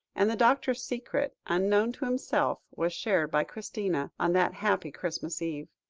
and the doctor's secret, unknown to himself, was shared by christina, on that happy christmas eve.